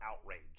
outrage